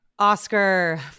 Oscar